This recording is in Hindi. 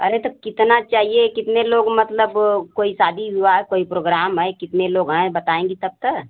अरे तो कितना चाहिए कितने लोग मतलब कोई शादी विवाह कोई प्रोग्राम है कितने लोग हैं बताएँगी तब तो